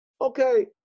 okay